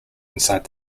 inside